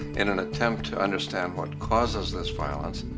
in an attempt to understand what causes this violence,